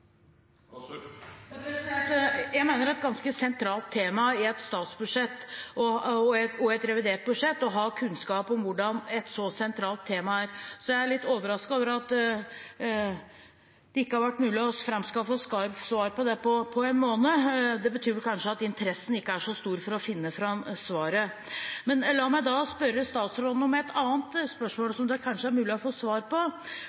Jeg mener at det er et ganske sentralt tema i et statsbudsjett og et revidert budsjett å ha kunnskap om hvordan et så sentralt tema er, så jeg er litt overrasket over at det ikke har vært mulig å framskaffe svar på det på en måned. Det betyr vel kanskje at interessen ikke er så stor for å finne fram svaret. La meg da stille statsråden et annet spørsmål, som det kanskje er mulig å få svar på.